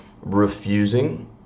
refusing